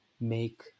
make